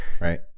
Right